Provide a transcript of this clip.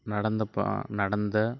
நடந்த ப நடந்த